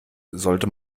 sollte